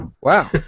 wow